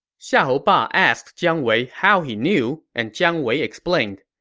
xiahou ba asked jiang wei how he knew, and jiang wei explained,